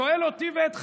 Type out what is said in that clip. שואל אותי ואת חבריי,